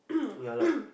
yeah lah